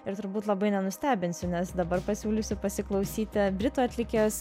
ir turbūt labai nenustebinsiu nes dabar pasiūlysiu pasiklausyti britų atlikėjos